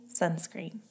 sunscreen